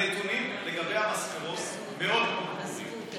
הנתונים לגבי המספרות מאוד מאוד ברורים.